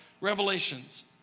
Revelations